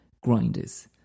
grinders